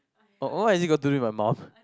oh what does it got to do with my mum